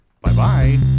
Bye-bye